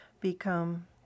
become